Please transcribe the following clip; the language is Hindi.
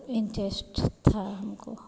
इन्टेरेस्ट था हमको